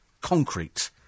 Concrete